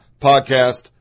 podcast